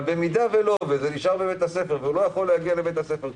אבל אם לא והציוד נשאר בבית הספר והוא לא יכול להגיע לבית הספר,